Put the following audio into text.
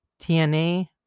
TNA